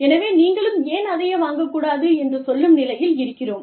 எனவே நீங்களும் ஏன் அதையே வாங்கக்கூடாது என்று சொல்லும் நிலையில் இருக்கிறோம்